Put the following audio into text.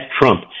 Trump